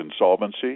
insolvency